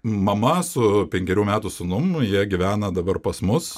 mama su penkerių metų sūnum jie gyvena dabar pas mus